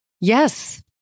Yes